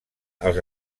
als